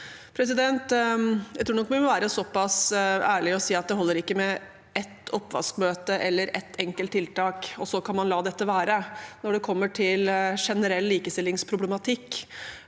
Jeg tror nok vi må være såpass ærlige og si at det holder ikke med ett oppvaskmøte eller ett enkelt tiltak – og så kan man la dette være. Når det gjelder generell likestillingsproblematikk,